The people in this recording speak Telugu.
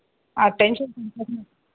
ఆ టెన్షన్